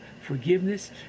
forgiveness